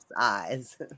eyes